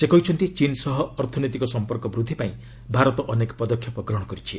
ସେ କହିଛନ୍ତି ଚୀନ୍ ସହ ଅର୍ଥନୈତିକ ସମ୍ପର୍କ ବୃଦ୍ଧି ପାଇଁ ଭାରତ ଅନେକ ପଦକ୍ଷେପ ଗ୍ରହଣ କରିଛି